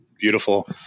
beautiful